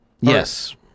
yes